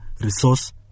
resource